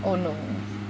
oh no